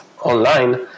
online